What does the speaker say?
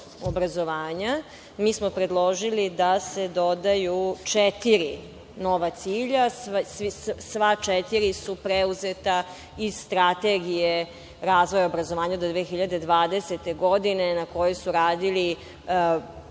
Mi smo predložili da se dodaju četiri nova cilja. Sva četiri su preuzeta iz Strategije razvoja obrazovanja do 2020. godine, na kojoj su radili najveći